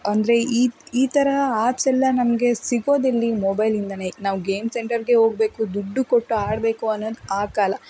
ಅಂದರೆ ಈ ಈ ಥರ ಆ್ಯಪ್ಸ್ ಎಲ್ಲ ನಮಗೆ ಸಿಗೋದೆಲ್ಲಿ ಮೊಬೈಲಿಂದನೆ ನಾವು ಗೇಮ್ ಸೆಂಟರ್ಗೆ ಹೋಗಬೇಕು ದುಡ್ಡು ಕೊಟ್ಟು ಆಡಬೇಕು ಅನ್ನೋದು ಆ ಕಾಲ